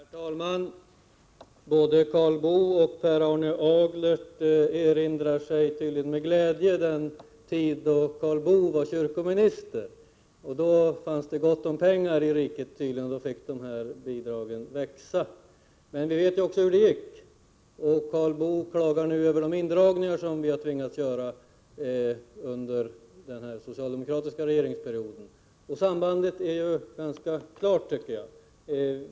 Herr talman! Både Karl Boo och Per Arne Aglert erinrar sig tydligen med glädje den tid då Karl Boo var kyrkominister. Då fanns det tydligen gott om pengar i riket, och då fick de här bidragen växa. Men vi vet också hur det gick. Karl Boo klagar nu över de indragningar som vi tvingats att göra under den socialdemokratiska regeringsperioden. Jag tycker att sambandet är ganska klart.